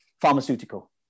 pharmaceutical